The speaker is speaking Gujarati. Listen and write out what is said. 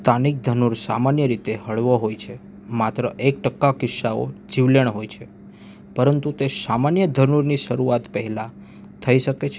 સ્થાનિક ધનુર સામાન્ય રીતે હળવો હોય છે માત્ર એક ટકા કિસ્સાઓ જીવલેણ હોય છે પરંતુ તે સામાન્ય ધનુરની શરૂઆત પહેલાં થઈ શકે છે